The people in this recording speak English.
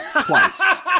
twice